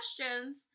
questions